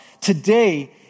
today